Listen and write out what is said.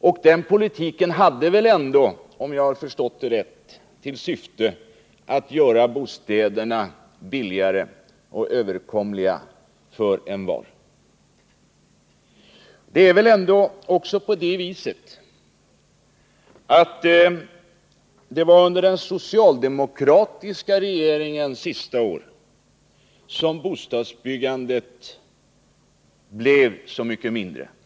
Och den politiken hade väl ändå, om jag har förstått det rätt, till syfte att göra bostäderna billigare och överkomliga för envar. Det var väl också under den socialdemokratiska regeringens sista år som bostadsbyggandet blev så mycket mindre än tidigare.